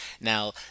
Now